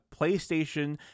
PlayStation